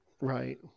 right